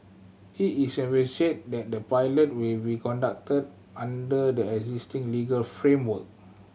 it is envisaged that the pilot will be conducted under the existing legal framework